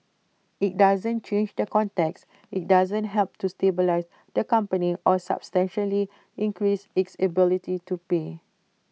IT doesn't change the context IT doesn't help to stabilise the company or substantially increase its ability to pay